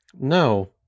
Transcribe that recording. No